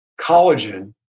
collagen